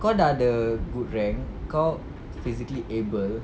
kau dah ada good rank kau physically able